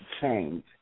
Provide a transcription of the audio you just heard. change